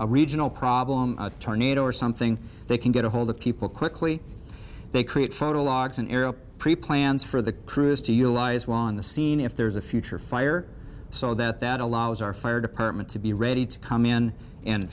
a regional problem a tornado or something they can get a hold of people quickly they create photo logs an aerial pre planned for the crews to utilize we're on the scene if there's a future fire so that that allows our fire department to be ready to come in and